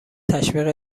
تشویق